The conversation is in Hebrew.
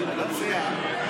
אני מציע,